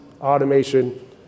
automation